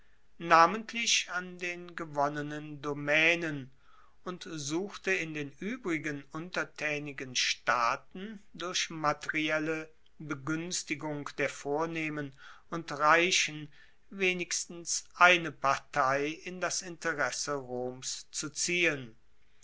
namentlich an den gewonnenen domaenen und suchte in den uebrigen untertaenigen staaten durch materielle beguenstigung der vornehmen und reichen wenigstens eine partei in das interesse roms zu ziehen